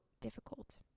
difficult